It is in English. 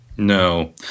No